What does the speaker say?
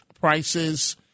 prices